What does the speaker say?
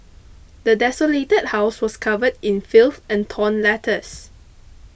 the desolated house was covered in filth and torn letters